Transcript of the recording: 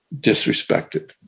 disrespected